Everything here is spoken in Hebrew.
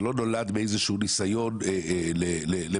זה לא נולד באיזשהו ניסיון למחטף.